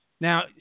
Now